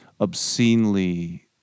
obscenely